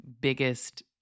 biggest